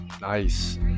Nice